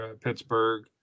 Pittsburgh